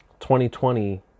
2020